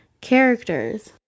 characters